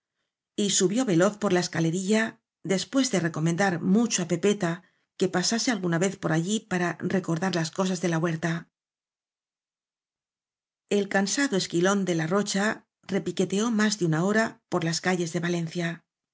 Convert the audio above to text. tardanza y subió veloz por la escalerilla des pués de recomendar mucho á pepeta que pa sase alguna vez por nllí para recordar las cosas de la huerta el cansado esquilón de la rocha repique teó más de una hora por las calles de